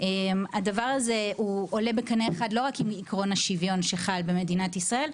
הדבר הזה עולה בקנה אחד לא רק עם עקרון השוויון שחל במדינת ישראל,